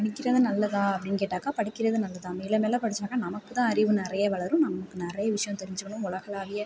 படிக்கிறது நல்லதா அப்படினு கேட்டாக்கா படிக்கிறது நல்லது தான் மேலே மேலே படித்தாக்கா நமக்கு தான் அறிவு நிறைய வளரும் நமக்கு நிறைய விஷயம் தெரிஞ்சுக்கணும் உலகளாவிய